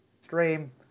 stream